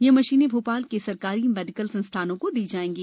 यह मशीनें भो ाल के सरकारी मेडिकल संस्थानों को दी जाएंगी